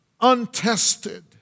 untested